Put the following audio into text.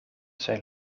zijn